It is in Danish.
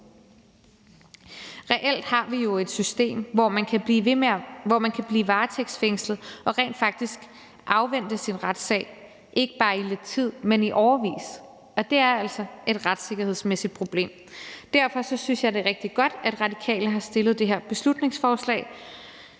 Reelt har vi jo et system, hvor man kan blive varetægtsfængslet og rent faktisk afvente sin retssag ikke bare i kort tid, men i årevis, og det er altså et retssikkerhedsmæssigt problem. Derfor synes jeg, det er rigtig godt, at Radikale har fremsat det her beslutningsforslag,